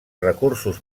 recursos